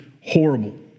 horrible